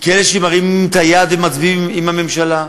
ככאלה שמרימים את היד ומצביעים עם הממשלה.